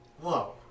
Whoa